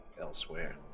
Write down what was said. elsewhere